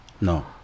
No